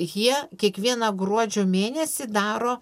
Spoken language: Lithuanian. jie kiekvieną gruodžio mėnesį daro